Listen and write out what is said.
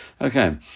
Okay